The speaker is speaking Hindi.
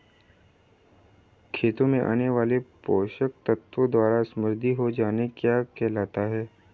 खेतों में आने वाले पोषक तत्वों द्वारा समृद्धि हो जाना क्या कहलाता है?